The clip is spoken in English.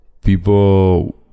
people